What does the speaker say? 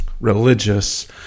religious